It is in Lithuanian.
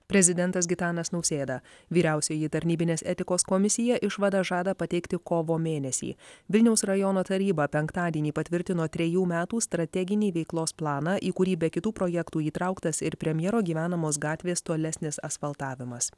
prezidentas gitanas nausėda vyriausioji tarnybinės etikos komisija išvadą žada pateikti kovo mėnesį vilniaus rajono taryba penktadienį patvirtino trejų metų strateginį veiklos planą į kurį be kitų projektų įtrauktas ir premjero gyvenamos gatvės tolesnis asfaltavimas